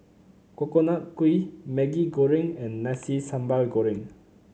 Coconut Kuih Maggi Goreng and Nasi Sambal Goreng